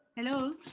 hello?